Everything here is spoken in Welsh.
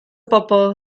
bobl